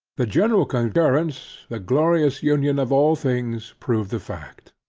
the general concurrence, the glorious union of all things prove the fact.